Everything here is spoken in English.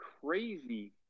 crazy